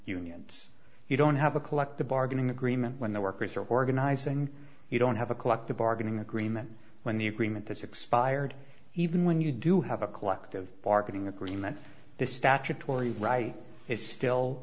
unions you don't have a collective bargaining agreement when the workers are organizing you don't have a collective bargaining agreement when the agreement has expired even when you do have a collective bargaining agreement the statutory right is still